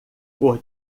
cor